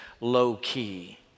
low-key